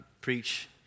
preach